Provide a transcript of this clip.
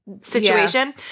situation